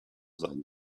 seinen